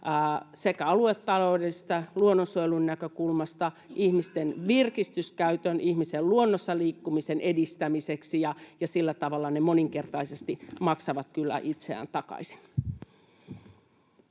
sekä aluetaloudellisesta että luonnonsuojelun näkökulmasta, ihmisten virkistyskäytön ja ihmisen luonnossa liikkumisen edistämiseksi. Sillä tavalla ne moninkertaisesti maksavat kyllä itseään takaisin.